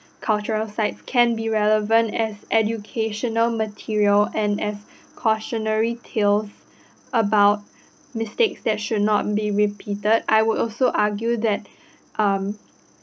cultural sites can be relevant as educational material and as cautionary tales about mistakes that should not be repeated I would also argue that um